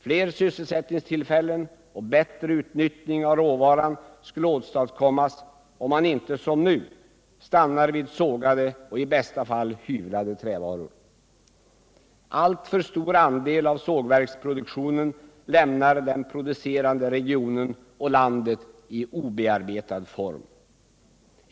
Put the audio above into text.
Fler sysselsättningstillfällen och bättre utnyttjande av råvaran skulle åstadkommas om man inte som nu stannade vid sågade och i bästa fall hyvlade trävaror. Alltför stor andel av sågverksproduktionen lämnar den producerande regionen och landet i obearbetad form.